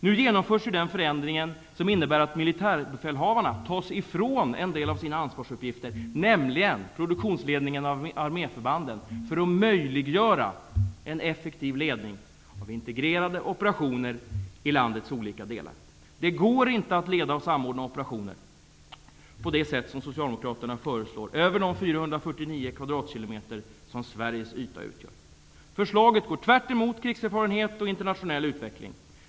Nu genomförs en förändring som innebär att en del ansvarsuppgifter tas ifrån militärbefälhavarna, nämligen produktionsledningen av arméförbanden, för att möjliggöra en effektiv ledning av integrerade operationer i landets olika delar. Det går inte att leda och samordna operationer på det sätt som Socialdemokraterna föreslår över de Förslaget går tvärtemot krigserfarenhet och internationell utveckling.